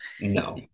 No